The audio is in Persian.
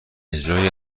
اجرای